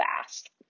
fast